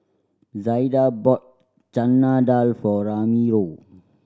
Zaida bought Chana Dal for Ramiro